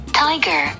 tiger